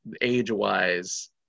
age-wise